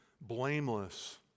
blameless